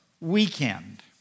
weekend